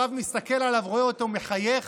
הרב מסתכל עליו, רואה אותו מחייך